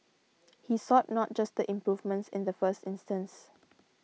he sought not just the improvements in the first instance